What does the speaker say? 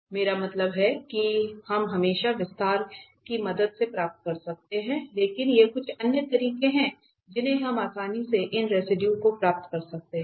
मेरा मतलब है कि हम हमेशा विस्तार की मदद से प्राप्त कर सकते हैं लेकिन ये कुछ अन्य तरीके हैं जिन्हें हम आसानी से इन रेसिडुए को प्राप्त कर सकते हैं